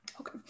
Okay